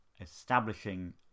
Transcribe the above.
establishing